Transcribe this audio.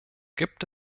gibt